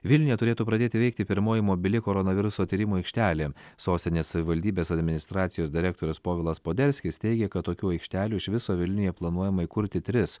vilniuje turėtų pradėti veikti pirmoji mobili koronaviruso tyrimų aikštelė sostinės savivaldybės administracijos direktorius povilas poderskis teigė kad tokių aikštelių iš viso vilniuje planuojama įkurti tris